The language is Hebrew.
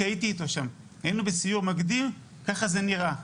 כי הייתי אתו שם, היינו בסיור מקדים וככה זה נראה.